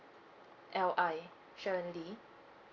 L I sharon li